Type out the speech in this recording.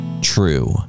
true